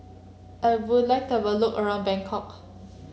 I would like to have a look around Bangkok